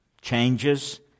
changes